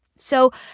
so,